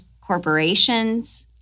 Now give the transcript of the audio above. corporations